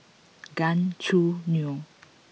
Gan Choo Neo